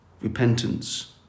repentance